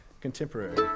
contemporary